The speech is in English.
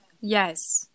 Yes